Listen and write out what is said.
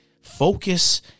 Focus